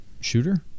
Shooter